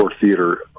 theater